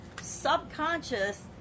subconscious